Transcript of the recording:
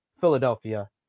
Philadelphia